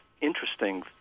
interesting